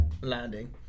landing